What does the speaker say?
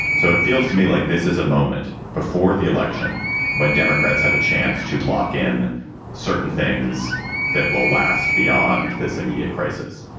so it feels to me like this is a moment before the election when democrats have a chance to lock in certain things that will last beyond this immediate crisis.